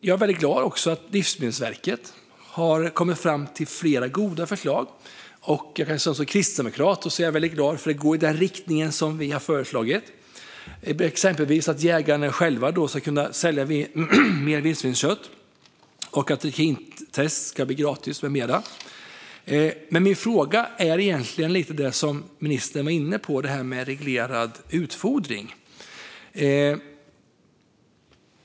Jag som kristdemokrat är också glad över att Livsmedelsverket har kommit fram med flera goda förslag. De går i den riktning som vi har föreslagit, exempelvis att jägarna själva ska kunna sälja mer vildsvinskött, att trikintest ska bli gratis med mera. Min fråga gäller egentligen det som ministern var inne lite på: reglerad utfodring.